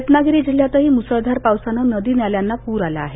रत्नागिरी जिल्ह्यातही मुसळधार पावसानं नदीनाल्यांना प्रर आला आहे